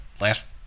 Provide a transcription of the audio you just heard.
last